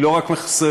היא לא רק מייסרת